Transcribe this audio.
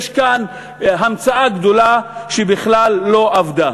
יש כאן המצאה גדולה שבכלל לא עבדה.